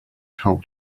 helped